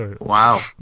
Wow